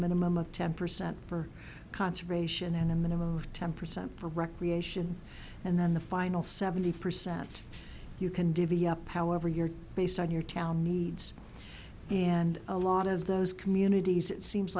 minimum of ten percent for conservation and a minimum of ten percent for recreation and then the final seventy percent you can divvy up however you're based on your town needs and a lot of those communities it seems